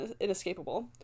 inescapable